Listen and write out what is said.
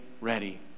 ready